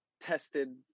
tested